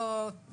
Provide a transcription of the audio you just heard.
מה זאת אומרת?